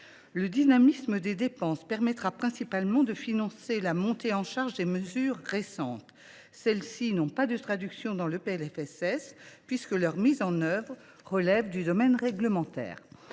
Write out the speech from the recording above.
Le dynamisme des dépenses permettra principalement de financer la montée en charge de mesures récentes. Celles ci n’ont pas de traduction dans le PLFSS, puisque leur mise en œuvre relève du domaine réglementaire.